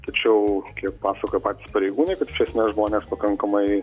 tačiau kiek pasakoja patys pareigūnai kad kad iš esmės žmonės pakankamai